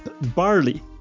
barley